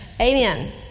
Amen